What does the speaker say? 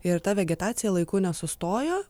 ir ta vegetacija laiku nesustojo